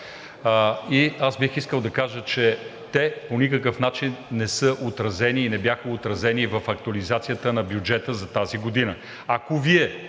аз бих искал да кажа, че те по никакъв начин не са отразени и не бяха отразени в актуализацията на бюджета за тази година.